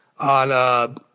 on